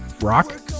rock